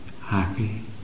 happy